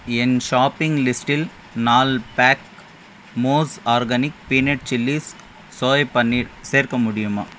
என் shopping லிஸ்டில் நாலு pack mousse organic peanut chilli soya paneer சேர்க்க முடியுமா